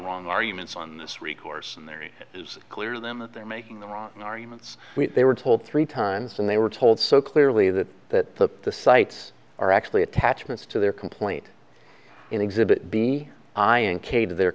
wrong arguments on this recourse and there it is clear then that they're making the wrong arguments they were told three times and they were told so clearly that the sites are actually attachments to their complaint in exhibit b i and k to their